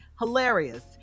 hilarious